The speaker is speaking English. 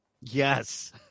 yes